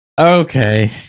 Okay